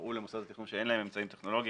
יראו למוסד התכנון שאין להם אמצעים טכנולוגיים.